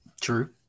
True